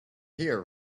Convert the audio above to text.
here